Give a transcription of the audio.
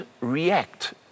react